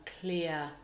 clear